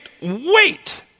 wait